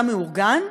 מאורגן,